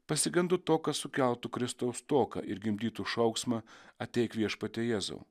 pasigendu to kas sukeltų kristaus stoką ir gimdytų šauksmą ateik viešpatie jėzau